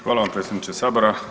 Hvala vam predsjedniče sabora.